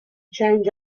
change